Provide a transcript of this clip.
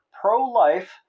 pro-life